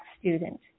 student